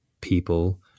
people